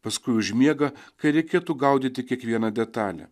paskui užmiega kai reikėtų gaudyti kiekvieną detalę